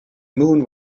moon